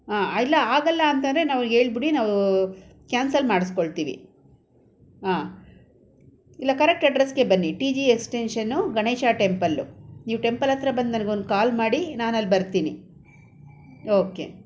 ಆಂ ಇಲ್ಲ ಆಗಲ್ಲ ಅಂತಂದರೆ ನಾವು ಹೇಳ್ಬಿಡಿ ನಾವು ಕ್ಯಾನ್ಸಲ್ ಮಾಡಿಸ್ಕೋಳ್ತೀವಿ ಆಂ ಇಲ್ಲ ಕರಕ್ಟ್ ಅಡ್ರೆಸ್ಸ್ಗೆ ಬನ್ನಿ T G extension Ganesha temple ನೀವು ಟೆಂಪಲ್ ಹತ್ರ ಬಂದು ನನ್ಗೊಂದು ಕಾಲ್ ಮಾಡಿ ನಾನಲ್ಲಿ ಬರ್ತೀನಿ ಓಕೆ